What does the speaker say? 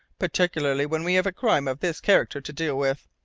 particularly when we have a crime of this character to deal with.